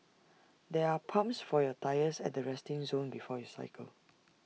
there are pumps for your tyres at the resting zone before you cycle